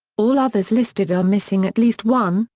all others listed are missing at least one,